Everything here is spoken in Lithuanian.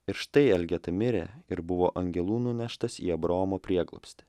ir štai elgeta mirė ir buvo angelų nuneštas į abraomo prieglobstį